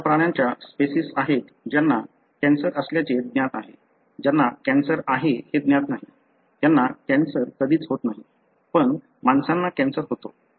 अशा प्राण्यांच्या स्पेसिस आहेत ज्यांना कॅन्सर असल्याचे ज्ञात आहे ज्यांना कॅन्सर आहे हे ज्ञात नाही त्यांना कॅन्सर कधीच होत नाही पण माणसांना कॅन्सर होतो